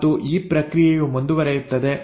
ಮತ್ತು ಈ ಪ್ರಕ್ರಿಯೆಯು ಮುಂದುವರಿಯುತ್ತದೆ